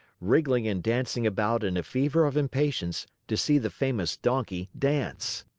wriggling and dancing about in a fever of impatience to see the famous donkey dance.